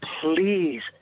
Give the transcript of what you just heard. Please